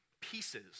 pieces